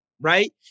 right